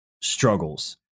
struggles